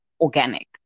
organic